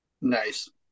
nice